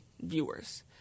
viewers